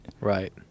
Right